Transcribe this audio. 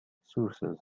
sources